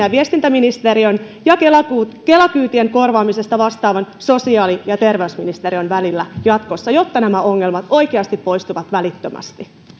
ja viestintäministeriön ja kela kyytien korvaamisesta vastaavan sosiaali ja terveysministeriön välillä jatkossa jotta nämä ongelmat oikeasti poistuvat välittömästi